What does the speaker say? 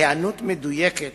היענות מדויקת